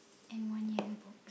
and one yellow box